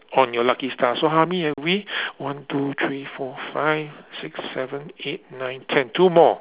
on your lucky star so how many have we one two three four five six seven eight nine ten two more